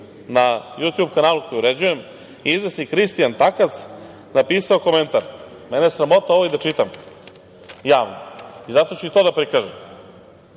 na "Jutjub" kanalu koji uređujem, izvesni Kristijan Takac, napisao je komentar, mene je sramota i ovo da čitam javno, zato ću to da prikažem,